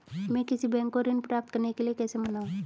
मैं किसी बैंक को ऋण प्राप्त करने के लिए कैसे मनाऊं?